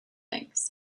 things